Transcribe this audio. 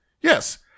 Yes